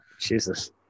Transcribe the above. Jesus